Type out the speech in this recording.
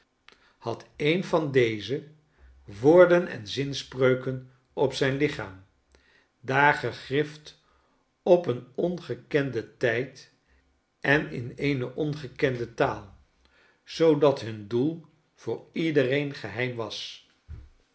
had een van dezen woorden en zinspreuken op zijn lichaam daar gegrift op een ongekenden tijd en in eene ongekende taal zoodat hun doel voor iedereen geheim was